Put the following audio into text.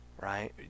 right